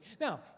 Now